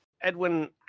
Edwin